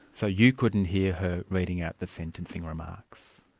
so you couldn't hear her reading out the sentencing remarks.